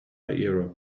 iero